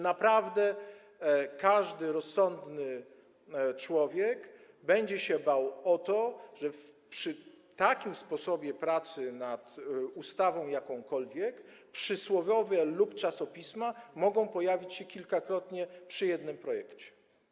Naprawdę każdy rozsądny człowiek będzie się bał, że przy takim sposobie pracy nad jakąkolwiek ustawą przysłowiowe „lub czasopisma” mogą pojawić się kilkakrotnie w jednym projekcie.